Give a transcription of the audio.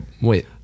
Wait